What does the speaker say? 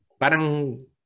parang